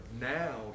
now